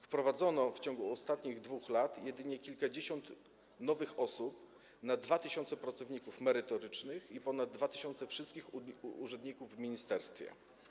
Wprowadzono w ciągu ostatnich 2 lat jedynie kilkadziesiąt nowych osób na 2 tys. pracowników merytorycznych i ponad 2 tys. wszystkich urzędników w ministerstwie.